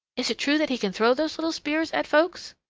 is it true that he can throw those little spears at folks?